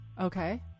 okay